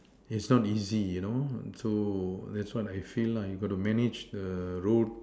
it's not easy you know so that's what I feel lah you got to manage the road